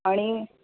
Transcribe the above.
आनी